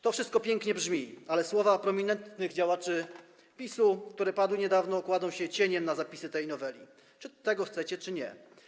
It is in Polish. To wszystko pięknie brzmi, ale słowa prominentnych działaczy PiS-u, które padły niedawno, kładą się cieniem na zapisy tej noweli, czy tego chcecie czy nie.